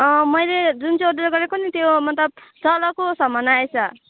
मैले जुन चाहिँ अर्डर गरेको नि त्यो मतलब चलाएको सामान आएछ